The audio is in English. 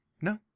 No